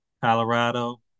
colorado